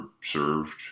served